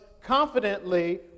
confidently